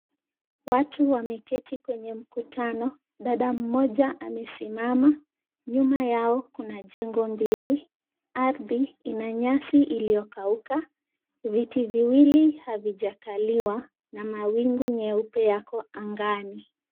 Watu wameketi kwenye mkutano. Dada mmoja amesimama. Nyuma yao kuna jengo mbili. Ardhi ina nyasi iliyokauka. Viti viwili havijakaliwa na mawingu nyeupe yako angani.